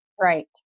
Right